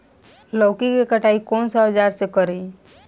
लौकी के कटाई कौन सा औजार से करी?